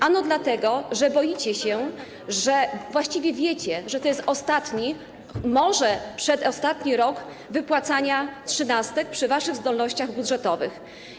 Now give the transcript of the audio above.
Ano dlatego, że boicie się, właściwie wiecie, że to jest ostatni, może przedostatni rok wypłacania trzynastek przy waszych zdolnościach budżetowych.